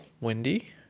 windy